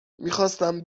میخواستم